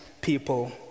people